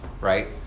Right